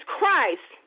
Christ